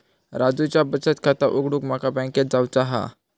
राजूचा बचत खाता उघडूक माका बँकेत जावचा हा